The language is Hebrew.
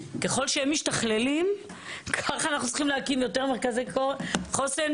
ככל שהם משתכללים כך אנחנו צריכים להקים יותר מרכזי חוסן.